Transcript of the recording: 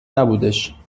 نبودش